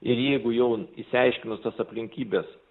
ir jeigu jau išsiaiškinus tas aplinkybes